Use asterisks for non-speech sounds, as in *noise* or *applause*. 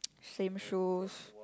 *noise* same shoes *noise*